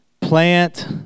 plant